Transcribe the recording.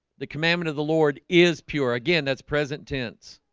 the commandment of the lord is pure again that's present tense